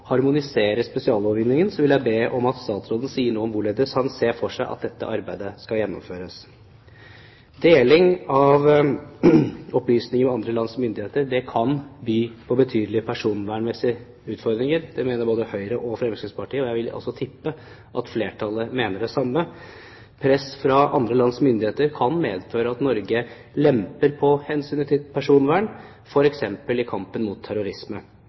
harmonisere spesiallovgivningen vil jeg be om at statsråden sier noe om hvorledes han ser for seg at dette arbeidet skal gjennomføres. Deling av opplysninger med andre lands myndigheter kan by på betydelige personvernmessige utfordringer. Det mener både Høyre og Fremskrittspartiet, og jeg vil tippe at flertallet mener det samme. Press fra andre lands myndigheter kan medføre at Norge lemper på hensynet til personvern f.eks. i kampen mot terrorisme.